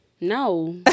No